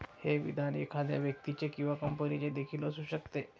हे विधान एखाद्या व्यक्तीचे किंवा कंपनीचे देखील असू शकते